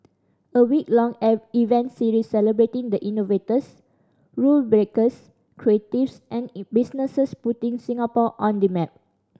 a week long event series celebrating the innovators rule breakers creatives and businesses putting Singapore on the map